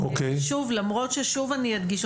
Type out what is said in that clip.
שוב למרות ששוב אני אדגיש,